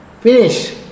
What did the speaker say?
Finish